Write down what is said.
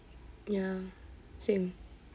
ya same